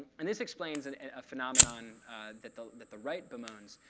and this explains and and a phenomenon that the that the right bemoans,